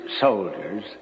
soldiers